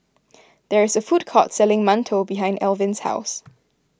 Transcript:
there is a food court selling Mantou behind Elvin's house